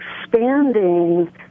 expanding